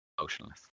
motionless